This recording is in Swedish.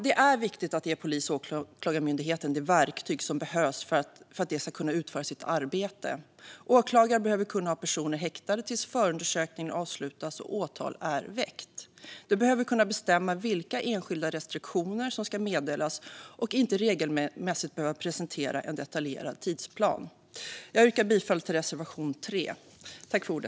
Det är viktigt att ge polis och åklagarmyndigheterna de verktyg som behövs för att de ska kunna utföra sitt arbete. Åklagaren behöver kunna hålla personer häktade tills förundersökningen avslutas och åtal är väckt. Man behöver kunna bestämma vilka enskilda restriktioner som ska meddelas och inte regelmässigt behöva presentera en detaljerad tidsplan. Jag yrkar bifall till reservation 3.